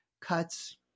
cuts